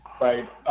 Right